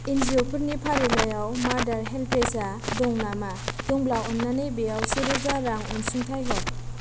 एनजिअ फोरनि फारिलाइयाव मादार हेल्पेज आ दं नामा दंब्ला अन्नानै बेयाव से रोजा रां अनसुंथाइ हर